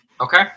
Okay